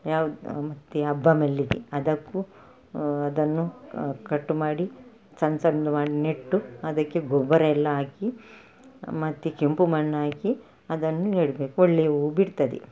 ಯಾವ್ದು ಮತ್ತೆ ಅಬ್ಬ ಮಲ್ಲಿಗೆ ಅದಕ್ಕೂ ಅದನ್ನು ಕಟ್ ಮಾಡಿ ಸಣ್ಣ ಸಣ್ಣ ಮಾಡಿ ನೆಟ್ಟು ಅದಕ್ಕೆ ಗೊಬ್ಬರ ಎಲ್ಲ ಹಾಕಿ ಮತ್ತೆ ಕೆಂಪು ಮಣ್ಣು ಹಾಕಿ ಅದನ್ನು ನೆಡಬೇಕು ಒಳ್ಳೆ ಹೂ ಬಿಡ್ತದೆ